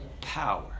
power